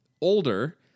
older